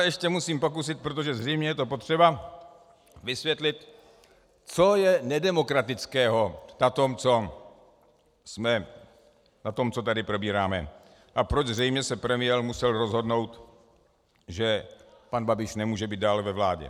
Ještě se musím pokusit, protože zřejmě je to potřeba vysvětlit, co je nedemokratického na tom, co tady probíráme, a proč zřejmě se premiér musel rozhodnout, že pan Babiš nemůže být dále ve vládě.